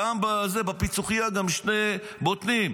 טעם בפיצוחיה גם שני בוטנים,